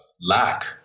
lack